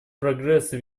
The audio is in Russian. прогресса